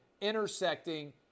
intersecting